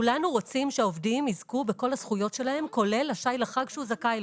כולנו רוצים שהעובדים יזכו בכל הזכויות שלהם כולל השי לחג לו הם זכאים.